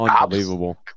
unbelievable